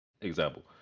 example